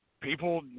people